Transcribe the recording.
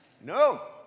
No